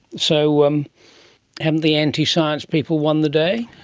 so um haven't the anti-science people won the day?